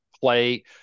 play –